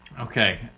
Okay